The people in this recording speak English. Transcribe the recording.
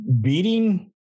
beating